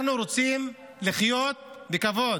אנחנו רוצים לחיות בכבוד